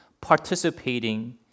Participating